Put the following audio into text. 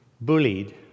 bullied